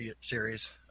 series